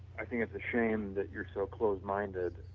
i think it's a shame that you are so close-minded